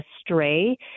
stray